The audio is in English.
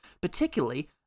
particularly